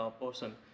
person